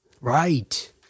Right